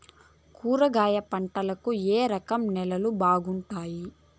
కూరగాయల పంటలకు ఏ రకం నేలలు బాగుంటాయి?